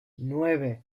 nueve